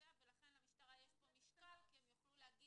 ולכן למשטרה יש פה משקל כי הם יוכלו להגיד